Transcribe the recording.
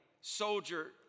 soldier